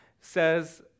says